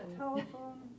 telephone